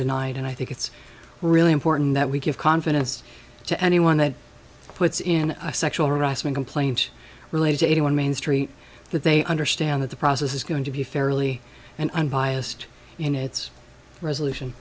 denied and i think it's really important that we give confidence to anyone that puts in a sexual harassment complaint related to any one main street that they understand that the process is going to be fairly and unbiased in its resolution